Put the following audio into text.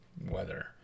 weather